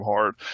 hard